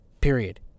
Period